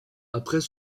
après